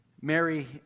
Mary